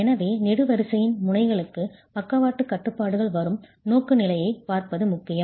எனவே நெடுவரிசையின் முனைகளுக்கு பக்கவாட்டு கட்டுப்பாடுகள் வரும் நோக்குநிலையைப் பார்ப்பது முக்கியம்